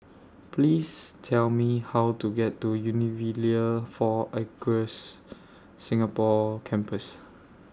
Please Tell Me How to get to four Acres Singapore Campus